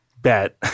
bet